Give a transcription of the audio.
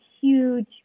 huge